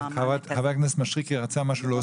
חבר הכנסת מישרקי רצה משהו להוסיף.